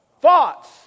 Thoughts